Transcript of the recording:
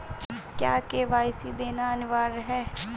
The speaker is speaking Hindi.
क्या के.वाई.सी देना अनिवार्य है?